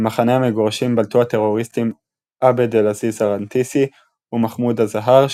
במחנה המגורשים בלטו הטרוריסטים עבד אל-עזיז א-רנתיסי ומחמוד א-זהאר,